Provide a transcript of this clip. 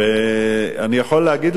אני יכול להגיד לך,